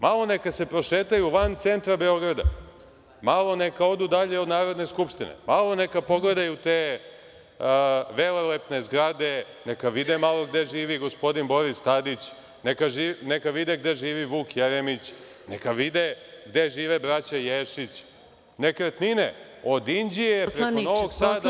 Malo neka se prošetaju van centra Beograda, malo neka odu dalje od Narodne skupštine, malo neka pogledaju te velelepne zgrade, neka vide malo gde živi gospodin Boris Tadić, neka vide gde živi Vuk Jeremić, neka vide gde žive braća Ješić, nekretnine od Inđije, pa do Novog Sada do Beča.